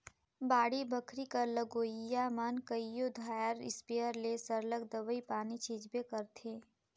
बाड़ी बखरी कर लगोइया मन कइयो धाएर इस्पेयर ले सरलग दवई पानी छींचबे करथंे